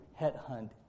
headhunt